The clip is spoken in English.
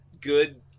good